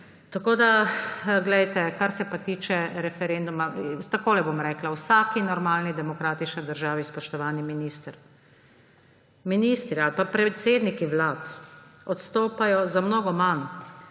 Glejte, kar se pa tiče referenduma. Takole bom rekla. V vsaki normalni demokratični državi, spoštovani minister, ministri ali pa predsedniki vlad odstopajo za mnogo manj.